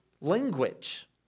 language